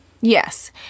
Yes